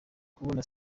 kubona